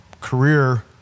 career